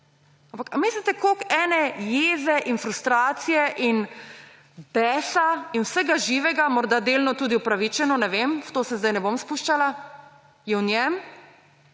mislite, koliko ene jeze in frustracije in besa in vsega živega, morda delno tudi upravičeno, ne vem, v to se zdaj ne bom spuščala, je v njem?!